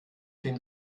wem